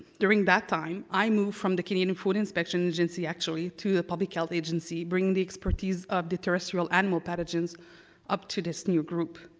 during that time, i moved from the canadian food inspection agency actually, to the public health agency, bringing the expertise of the terrestrial animal pathogens up to this new group.